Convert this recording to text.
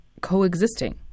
coexisting